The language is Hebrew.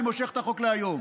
אני מושך את החוק להיום.